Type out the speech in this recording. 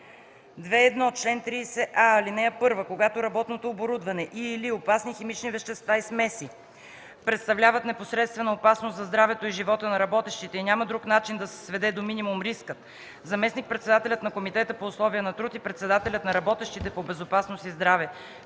2.1 „чл. 30а, ал. 1. Когато работното оборудване и/или опасни химични вещества и смеси представляват непосредствена опасност за здравето и живота на работещите и няма друг начин да се сведе до минимум рискът, заместник-председателят на комитета по условия на труд и председателят на работещите по безопасност и здраве